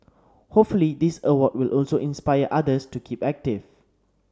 hopefully this award will also inspire others to keep active